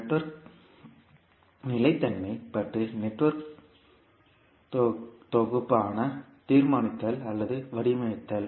நெட்ஒர்க்நிலைத்தன்மை மற்றும் நெட்ஒர்க்தொகுப்புக்கான தீர்மானித்தல் அல்லது வடிவமைத்தல்